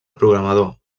programador